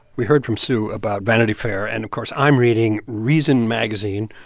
we heard from sue about vanity fair. and, of course, i'm reading reason magazine.